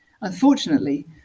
Unfortunately